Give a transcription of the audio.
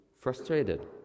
frustrated